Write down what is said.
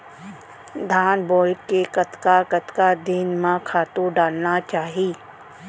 धान बोए के कतका कतका दिन म खातू डालना चाही?